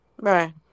right